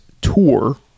tour